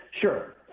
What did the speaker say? Sure